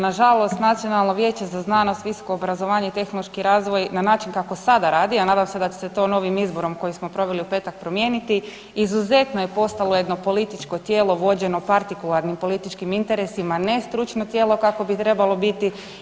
Nažalost Nacionalno vijeće za znanost, visoko obrazovanje i tehnološki razvoj na način kako sada radi, a nadam se da će se to novim izborom koji smo proveli u petak promijeniti, izuzetno je postalo jedno političko tijelo vođeno partikularnim političkim interesima, ne stručno tijelo kakvo bi trebalo biti.